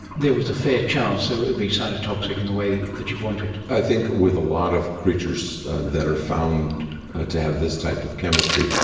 there was a fair chance so it would be cytotoxic in the way that you'd want it. i think with a lot of creatures that are found to have this type of chemistry,